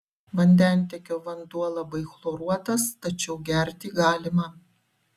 vandentiekio vanduo labai chloruotas tačiau gerti galima